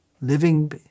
living